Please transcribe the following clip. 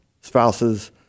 spouses